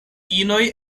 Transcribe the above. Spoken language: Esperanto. inoj